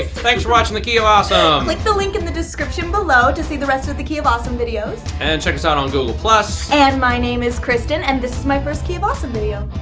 thanks for watching the key of awesome! click the link in the description below to see the rest of of the key of awesome videos. and check us out on google. and my name is kristin and this is my first key of awesome video.